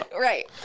Right